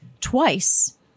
twice